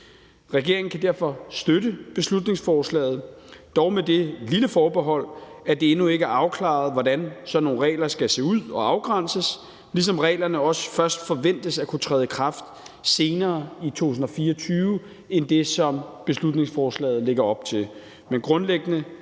Regeringen kan derfor støtte beslutningsforslaget, dog med det lille forbehold, at det endnu ikke er afklaret, hvordan sådan nogle regler skal se ud og afgrænses, ligesom reglerne også først forventes at kunne træde i kraft senere i 2024 end det, som beslutningsforslaget lægger op til.